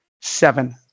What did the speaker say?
seven